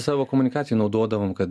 savo komunikacijoj naudodavom kad